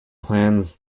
plans